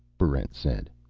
barrent said.